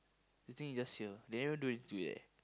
I think it's just here they haven't do anything to it eh